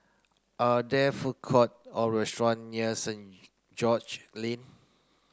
are there food court or restaurant near Saint George Lane